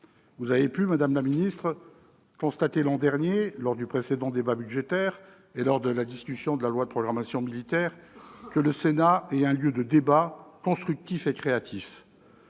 Vous avez pu, madame la ministre, constater l'an dernier, lors du précédent débat budgétaire et au cours de la discussion de la loi de programmation militaire, que le Sénat est un lieu de débat constructif et créatif.